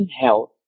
health